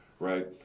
right